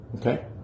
okay